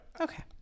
Okay